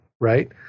right